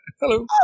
hello